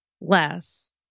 less